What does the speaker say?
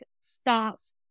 starts